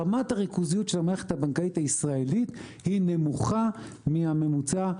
רמת הריכוזיות של המערכת הבנקאית הישראלית נמוכה מהממוצע.